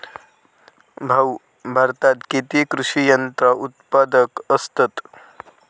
भाऊ, भारतात किती कृषी यंत्रा उत्पादक असतत